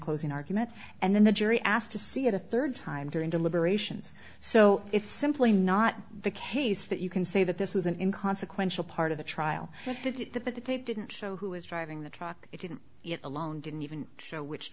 closing argument and then the jury asked to see it a third time during deliberations so it's simply not the case that you can say that this isn't in consequential part of the trial that the tape didn't show who was driving the truck it didn't it alone didn't even show which